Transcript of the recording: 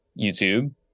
youtube